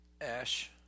Ash